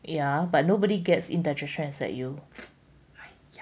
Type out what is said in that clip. ya but nobody gets indigestion except you !aiya!